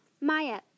Maya